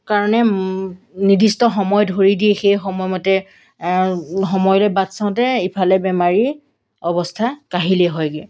কাৰণে নিৰ্দিষ্ট সময় ধৰি দিয়ে সেই সময়মতে সময়লৈ বাট চাওঁতে ইফালে বেমাৰীৰ অৱস্থা কাহিলেই হয়গৈ